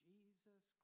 Jesus